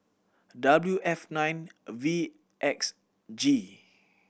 W F nine V X G